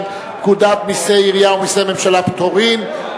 פקודת מסי העירייה ומסי הממשלה (פטורין)